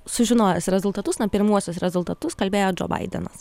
sužinojęs rezultatus na pirmuosius rezultatus kalbėjo džo baidenas